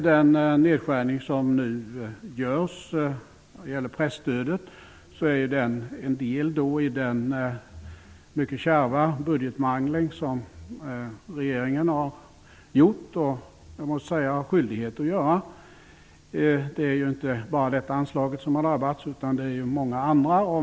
Den nedskärning av presstödet som nu görs är en del i den mycket kärva budgetmangling som regeringen har skyldighet att göra och har gjort. Det är inte bara detta anslag som har drabbats, utan det är många andra.